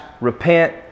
repent